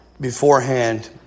beforehand